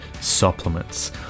supplements